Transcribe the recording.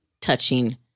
touching